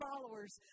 followers